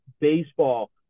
baseball